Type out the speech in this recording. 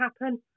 happen